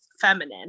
feminine